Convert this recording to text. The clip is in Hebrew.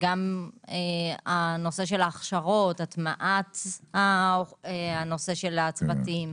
נושא ההכשרות, הטמעת הנושא של הצוותים.